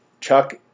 Chuck